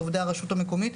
עובדי הרשות המקומית,